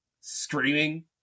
screaming